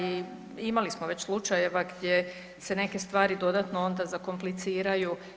Imali smo već slučajeva gdje se neke stvari dodatno onda zakompliciraju.